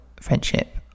friendship